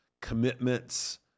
commitments